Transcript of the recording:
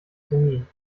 termin